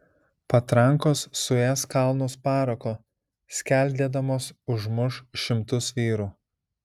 patrankos suės kalnus parako skeldėdamos užmuš šimtus vyrų